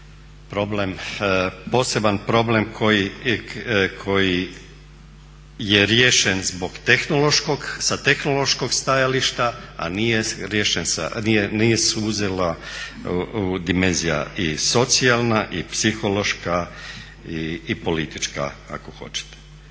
poseban problem koji je riješen sa tehnološkog stajališta, a nije suzila dimenzija i socijalna i psihološka i politička ako hoćete.